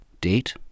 Date